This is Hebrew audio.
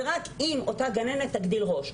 זה רק אם אותה גננת תגדיל ראש,